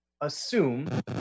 assume